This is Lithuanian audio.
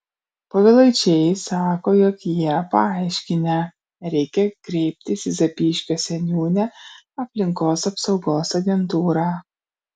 povilaičiai sako jog jie paaiškinę reikia kreiptis į zapyškio seniūnę aplinkos apsaugos agentūrą